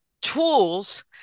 tools